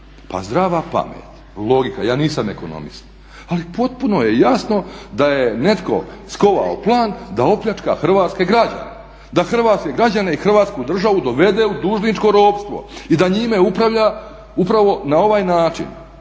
pa zdrava pamet, logika, ja nisam ekonomist ali potpuno je jasno da je netko skovao plan da opljačka hrvatske građane, da hrvatske građane i Hrvatsku državu dovede u dužničko ropstvo i da njime upravlja upravo na ovaj način.